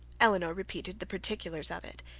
elinor repeated the particulars of it,